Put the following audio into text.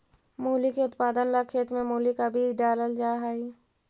मूली के उत्पादन ला खेत में मूली का बीज डालल जा हई